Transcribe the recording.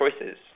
choices